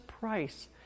price